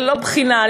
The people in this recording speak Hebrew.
ללא בחינה,